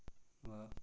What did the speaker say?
ब